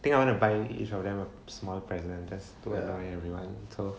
I think I want to buy each of them a smaller present just to include everyone so